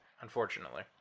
Unfortunately